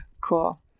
Cool